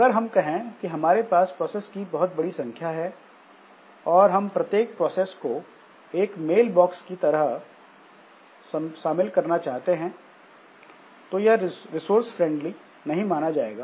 अगर हम कहें कि हमारे पास प्रोसेस की बहुत बड़ी संख्या है और हम प्रत्येक प्रोसेस को एक मेल बॉक्स के साथ सम्मिलित करना चाहते हैं तो यह रिसोर्स फ्रेंडली नहीं माना जाएगा